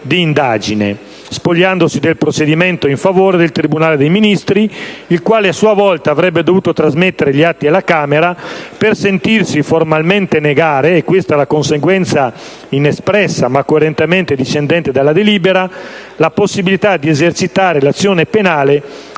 di indagine, spogliandosi del procedimento in favore del tribunale dei Ministri, il quale a sua volta avrebbe dovuto trasmettere gli atti alla Camera, per sentirsi formalmente negare (è questa la conseguenza inespressa ma coerentemente discendente dalla delibera) la possibilità di esercitare l'azione penale